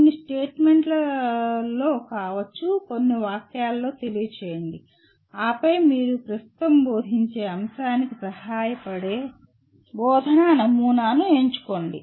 కొన్ని స్టేట్మెంట్లలో కావచ్చు కొన్ని వాక్యాలలో తెలియజేయండి ఆపై మీరు ప్రస్తుతం బోధించే అంశానికి సహాయపడే బోధనా నమూనాను ఎంచుకోండి